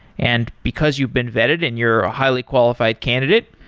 and because you've been vetted and you're a highly qualified candidate,